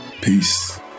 Peace